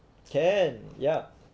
can ya